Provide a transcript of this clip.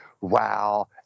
wow